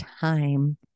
time